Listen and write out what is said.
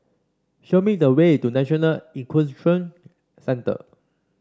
show me the way to National Equestrian Centre